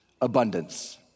abundance